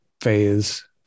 phase